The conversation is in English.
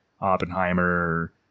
Oppenheimer